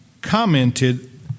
commented